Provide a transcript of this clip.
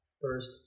first